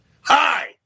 Hi